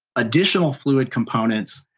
additional fluid components,